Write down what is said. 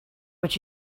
what